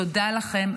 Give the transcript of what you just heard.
תודה לכם.